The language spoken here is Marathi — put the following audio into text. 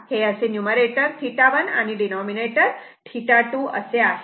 हे असे न्यूमरेटर 1 आणि डिनॉमिनेटर 2 आहे